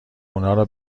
اونارو